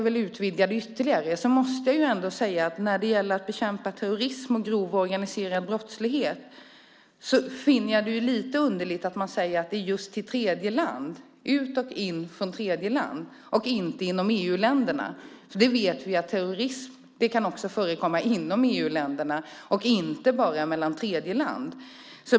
Men i det sammanhanget måste jag säga att när det gäller att bekämpa terrorism och grov organiserad brottslighet finner jag det lite underligt att det gäller just ut och in från tredjeland och inte inom EU-länderna. Vi vet att terrorism också kan förekomma inom EU-länderna och inte bara mellan tredjeland.